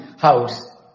house